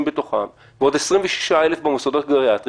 בתוכם ועוד 26,000 במוסדות גריאטריים,